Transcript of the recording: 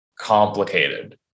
complicated